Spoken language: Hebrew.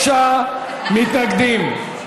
93 מתנגדים.